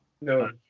No